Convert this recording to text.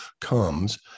comes